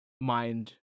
mind